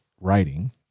writing